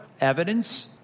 evidence